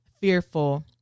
fearful